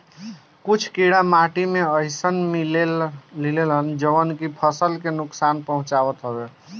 कुछ कीड़ा माटी में अइसनो मिलेलन जवन की फसल के नुकसान पहुँचावत हवे